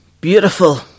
beautiful